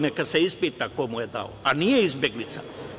Neka se ispita ko mu je dao, a nije izbeglica.